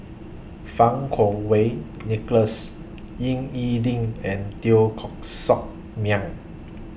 Fang Kuo Wei Nicholas Ying E Ding and Teo Koh Sock Miang